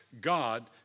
God